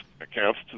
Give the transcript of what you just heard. accounts